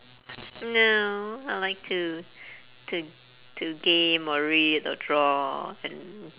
no I like to to to game or read or draw and